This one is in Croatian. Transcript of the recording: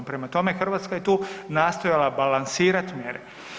Prema tome, Hrvatska je tu nastojala balansirat mjere.